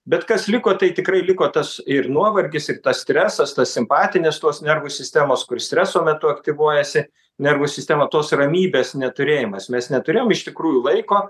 bet kas liko tai tikrai liko tas ir nuovargis ir tas stresas ta simpatinės nervų sistemos kur streso metu aktyvuojasi nervų sistema tos ramybės neturėjimas mes neturėjom iš tikrųjų laiko